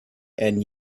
and